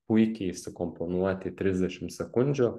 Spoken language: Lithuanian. puikiai įsikomponuoti į trisdešim sekundžių